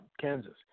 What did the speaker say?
Kansas